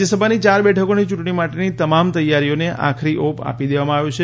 રાજ્યસભાની ચાર બેઠકોની ચૂંટણી માટેની તમામ તૈયારીઓને આખરી ઓપ આપી દેવામાં આવ્યો છે